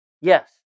Yes